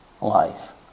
life